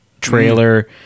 trailer